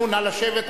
נא לשבת,